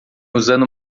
usando